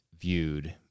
viewed